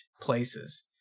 places